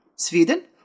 Sweden